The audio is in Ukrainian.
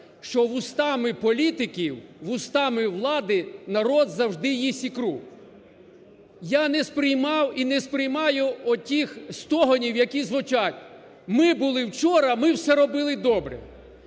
що вустами політиків, вустами влади народ завжди їсть ікру. Я не сприймав і не сприймаю отих стогонів, які звучать. Ми були вчора, ми все робили добре.